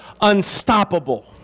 unstoppable